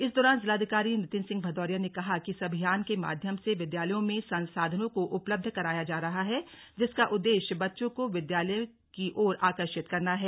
इस दौरान जिलाधिकारी नितिन सिंह भदौरिया ने कहा कि इस अभियान के माध्यम से विद्यालयों में संसाधनों को उपलब्ध कराया जा रहा है जिसका उद्देश्य बच्चों को विद्यालयों की ओर आकर्षित करना है